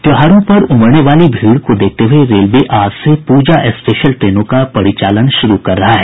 त्यौहारों पर उमड़ने वाली भीड़ को देखते हुए रेलवे आज से पूजा स्पेशल ट्रेनों का परिचालन शुरू कर रहा है